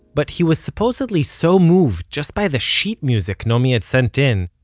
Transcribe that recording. but he was supposedly so moved just by the sheet music naomi had sent in,